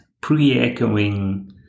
pre-echoing